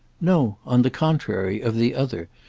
no on the contrary of the other,